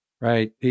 Right